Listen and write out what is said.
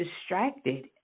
distracted